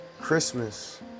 Christmas